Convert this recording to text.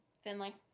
Finley